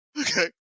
okay